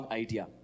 idea